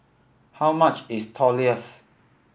how much is Tortillas